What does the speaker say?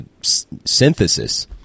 synthesis